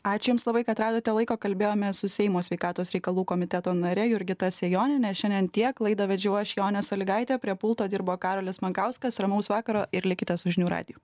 ačiū jums labai kad radote laiko kalbėjome su seimo sveikatos reikalų komiteto nare jurgita sejoniene šiandien tiek laidą vedžiau aš jonė salygaitė prie pulto dirbo karolis mankauskas ramaus vakaro ir likite su žinių radiju